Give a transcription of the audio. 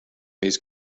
these